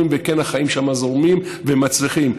והחיים כן שם זורמים והם מצליחים.